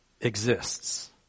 exists